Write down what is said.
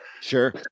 Sure